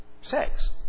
Sex